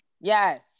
Yes